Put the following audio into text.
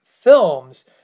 films